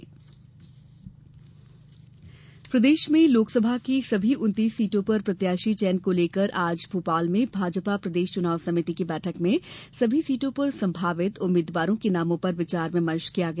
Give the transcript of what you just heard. भाजपा बैठक प्रदेश में लोकसभा की सभी उन्तीस सीटों पर प्रत्याशी चयन को लेकर आज भोपाल में भाजपा प्रदेश चुनाव समिति के बैठक में सभी सीटों पर संभावित उम्मीद्वारों के नामो पर विचार विमर्श किया गया